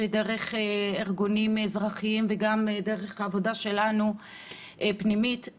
שדרך ארגונים אזרחיים וגם דרך העבודה הפנימית שלנו